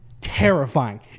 Terrifying